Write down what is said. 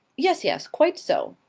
yes, yes. quite so.